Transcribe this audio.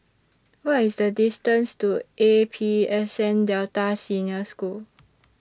What IS The distance to A P S N Delta Senior School